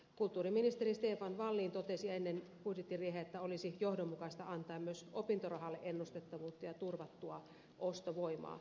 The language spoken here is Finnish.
kulttuuriministeri stefan wallin totesi ennen budjettiriihtä että olisi johdonmukaista antaa myös opintorahalle ennustettavuutta ja turvattua ostovoimaa